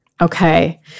Okay